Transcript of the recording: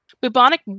bubonic